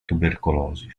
tubercolosi